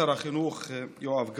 כבוד שר החינוך יואב גלנט,